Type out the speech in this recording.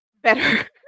better